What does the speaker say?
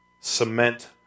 cement